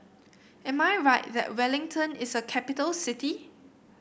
am I right that Wellington is a capital city